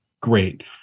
great